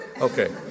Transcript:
Okay